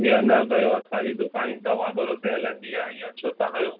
ईअं न कयो असांजी दुकान ई तव्हांजे भरोसे हलंदी आहे इएं छो था कयो